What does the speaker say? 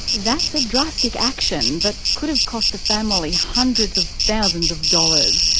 that's a drastic action that could have cost the family hundreds of thousands of dollars,